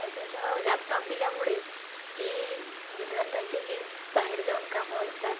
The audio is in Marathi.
जसं लॅपटॉप दिल्यामुळे जे विद्यार्थ्यांचे जे बाहेर जाऊन कामं असतात